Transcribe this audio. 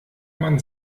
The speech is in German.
man